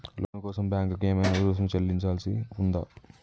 లోను కోసం బ్యాంక్ కి ఏమైనా రుసుము చెల్లించాల్సి ఉందా?